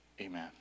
Amen